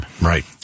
Right